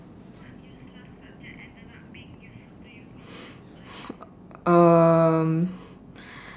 um